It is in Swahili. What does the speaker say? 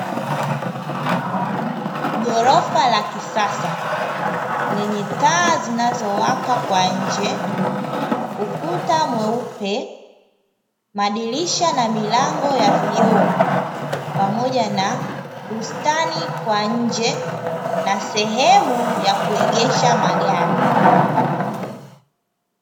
Ghorofa la kisasa, lenye taa zinazowaka kwa nje, ukuta mweupe, madirisha na milango ya vioo pamoja na bustani kwa nje na sehemu ya kuegesha magari.